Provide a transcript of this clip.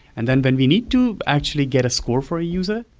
and then then we need to actually get a score for a user.